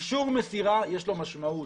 אישור מסירה יש לו משמעות.